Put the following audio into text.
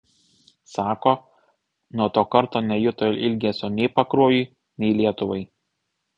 sako nuo to karto nejuto ilgesio nei pakruojui nei lietuvai